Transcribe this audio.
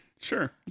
Sure